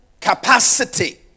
capacity